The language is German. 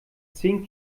zehn